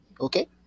Okay